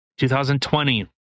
2020